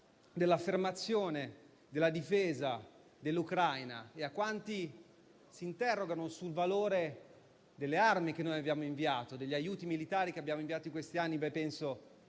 l'affermazione della difesa dell'Ucraina e a quanti si interrogano sul valore delle armi e degli aiuti militari che abbiamo inviato in questi anni. Credo